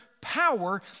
power